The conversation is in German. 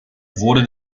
wurde